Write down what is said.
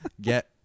get